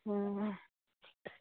ହଁ